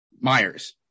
Myers